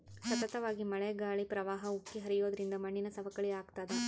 ಸತತವಾಗಿ ಮಳೆ ಗಾಳಿ ಪ್ರವಾಹ ಉಕ್ಕಿ ಹರಿಯೋದ್ರಿಂದ ಮಣ್ಣಿನ ಸವಕಳಿ ಆಗ್ತಾದ